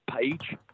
page